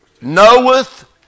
knoweth